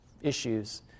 issues